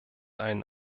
einen